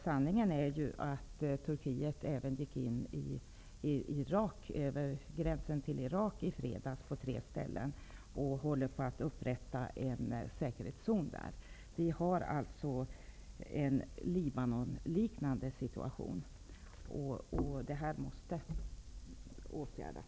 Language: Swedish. Sanningen är att Turkiet även gick över gränsen till Irak på tre ställen i fredags och håller på att upprätta en säkerhetszon där. Situationen liknar den som var i Libanon. Det här måste åtgärdas.